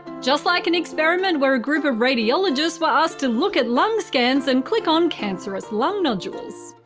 just like an experiment where a group of radiologists were asked to look at lung scans and click on cancerous lung nodules.